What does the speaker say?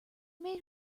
made